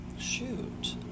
Shoot